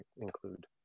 include